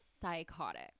psychotic